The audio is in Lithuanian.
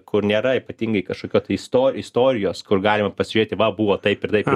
kur nėra ypatingai kažkokio tai isto istorijos kur galima pasižiūrėti va buvo taip ir taip